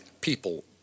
people